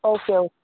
okay okay